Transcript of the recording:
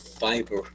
fiber